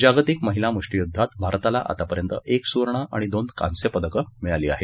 जागतिक महिला मुष्टीयुद्ध भारताला आतापर्यंत एक सुवर्ण आणि दोन कांस्य पदकं मिळाली आहेत